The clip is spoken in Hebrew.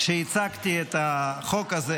כשהצגתי את החוק הזה,